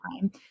time